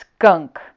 Skunk